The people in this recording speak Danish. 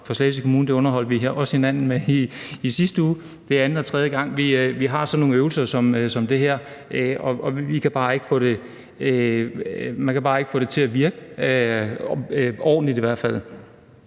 Kommune, og det underholdt vi også hinanden med i sidste uge – at vi har sådan nogle øvelser som den her. Man kan bare ikke få det til at virke, i hvert fald